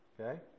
Okay